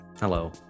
Hello